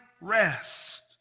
rest